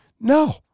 No